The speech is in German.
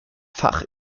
fach